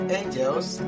angels